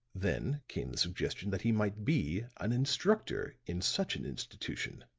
then came the suggestion that he might be an instructor in such an institution.